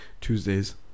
Tuesdays